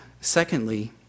Secondly